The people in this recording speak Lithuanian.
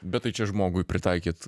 bet tai čia žmogui pritaikyt